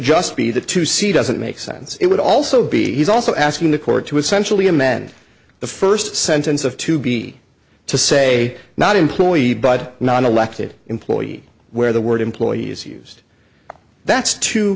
just be the two c doesn't make sense it would also be he's also asking the court to essentially amend the first sentence of to be to say not employee but non elected employee where the word employee is used that's t